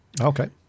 okay